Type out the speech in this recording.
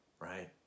Right